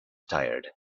tired